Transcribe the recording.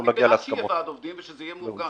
אני בעד שיהיה ועד עובדים ושזה יהיה מעוגן,